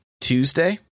Tuesday